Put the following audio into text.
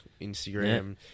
Instagram